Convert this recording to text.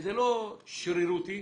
לא שרירותי,